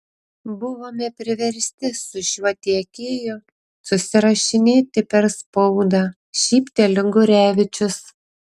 buvome priversti su šiuo tiekėju susirašinėti per spaudą šypteli gurevičius